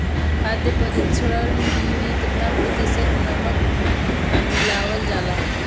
खाद्य परिक्षण में केतना प्रतिशत नमक मिलावल जाला?